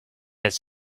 has